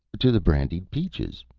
to the brandied peaches,